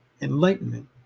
Enlightenment